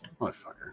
Motherfucker